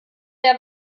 der